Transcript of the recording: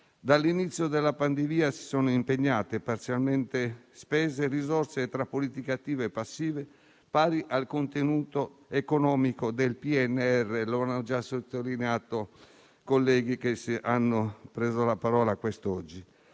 Dall'inizio della pandemia si sono impegnate, e parzialmente spese, risorse, tra politiche attive e passive, pari al contenuto economico del PNRR,